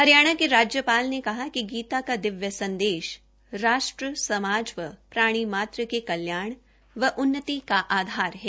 हरियाणा के राज्यपाल ने कहा कि गीता का दिव्य संदेश राष्ट्र समाज व प्राणी मात्र के कल्याण व उन्नति का आधार है